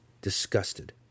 disgusted